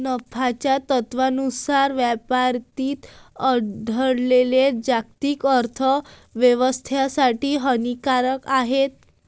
नफ्याच्या तत्त्वानुसार व्यापारातील अडथळे जागतिक अर्थ व्यवस्थेसाठी हानिकारक आहेत